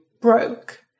broke